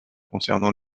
concernant